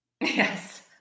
Yes